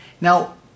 Now